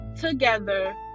together